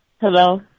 Hello